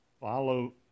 follow